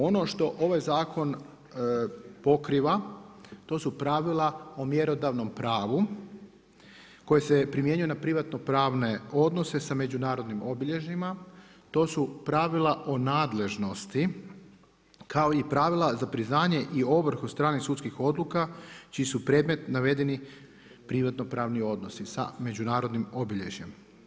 Ono što ovaj zakon pokriva, to su pravila o mjerodavnom pravu koje se primjenjuje na privatnopravne odnose sa međunarodnim obilježjima, to su pravila o nadležnosti kao i pravila za priznaje i ovrhu stranih sudskih odluka čiji su predmet navedeni privatnopravni odnosi sa međunarodnim obilježjem.